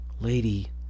Lady